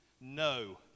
no